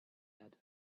had